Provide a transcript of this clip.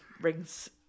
rings